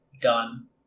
done